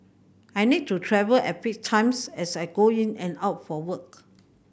I need to travel at fixed times as I go in and out for work